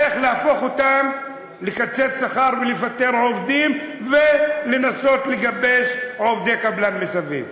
איך לקצץ שכר ולפטר עובדים ולנסות לגבש עובדי קבלן מסביב.